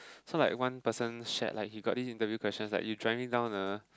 so like one person shared like you got this interview questions like you driving down the